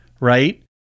right